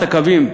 "קווים"